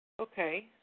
Okay